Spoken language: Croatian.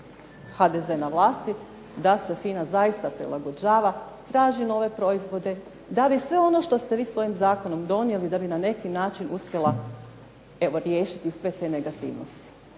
HDZ na vlasti da se FINA zaista prilagođava, traži nove proizvode, da bi sve ono što ste vi svojim zakonom donijeli da bi na neki način uspjela evo riješiti sve te negativnosti.